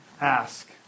Ask